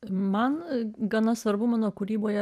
man gana svarbu mano kūryboje